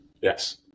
Yes